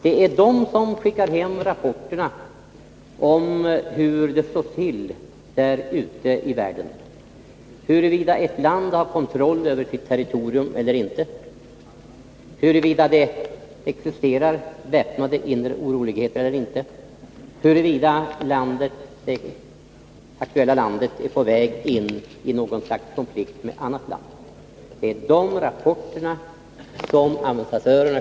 Det är dessa som sänder hem rapporter om hur det står till ute i världen. De talar om för oss om ett land har kontroll över sitt territorium eller inte, om det förekommer väpnade inre oroligheter eller inte, om landet i fråga är på väg ini en konflikt med annat land osv.